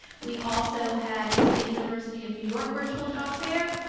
we also had a state university of new york virtual job fair,